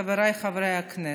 חבריי חברי הכנסת,